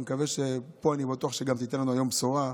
אני בטוח שתיתן לנו היום בשורה,